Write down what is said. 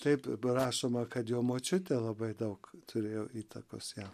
taip rašoma kad jo močiutė labai daug turėjo įtakos jam